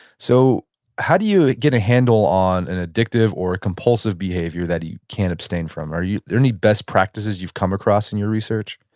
so how do you get a handle on an addictive or a compulsive behavior that you can't abstain from? are there any best practices you've come across in your research?